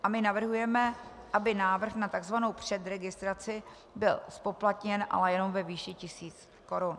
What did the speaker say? A my navrhujeme, aby návrh na tzv. předregistraci byl zpoplatněn, ale jenom ve výši tisíc korun.